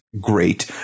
great